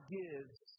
gives